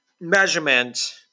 measurement